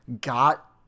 got